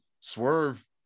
Swerve